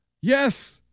Yes